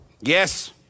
Yes